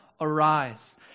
arise